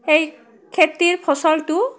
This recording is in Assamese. সেই খেতিৰ ফচলটো